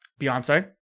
Beyonce